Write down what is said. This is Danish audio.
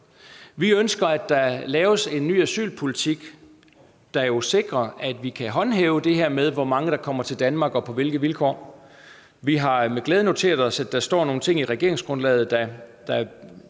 Vi ønsker, at der laves en ny asylpolitik, der sikrer, at vi kan håndhæve det her med, hvor mange der kommer til Danmark, og på hvilke vilkår. Vi har med glæde noteret os, at der står nogle ting i regeringsgrundlaget,